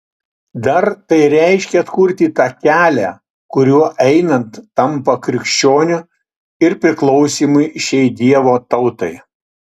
dar tai reiškia atkurti tą kelią kuriuo einant tampa krikščioniu ir priklausymui šiai dievo tautai